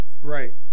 Right